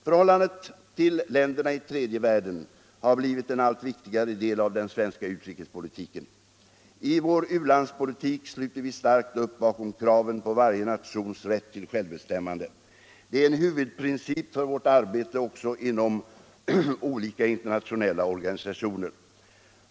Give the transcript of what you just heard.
Förhållandet till länderna i tredje världen har blivit en allt viktigare del av den svenska utrikespolitiken. I vår u-landspolitik sluter vi starkt upp bakom kraven på varje nations rätt till självbestämmande. Det är en huvudprincip för vårt arbete också inom olika internationella organisationer.